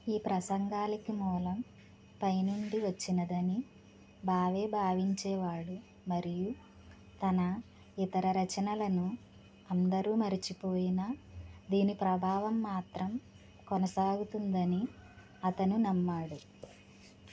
ఈ ప్రసంగాలకి మూలం పై నుండి వచ్చినదని భావే భావించేవాడు మరియు తన ఇతర రచనలను అందరు మరచిపోయినా దీని ప్రభావం మాత్రం కొనసాగుతుందని అతను నమ్మాడు